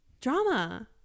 Drama